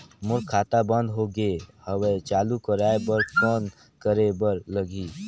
मोर खाता बंद हो गे हवय चालू कराय बर कौन करे बर लगही?